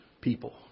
people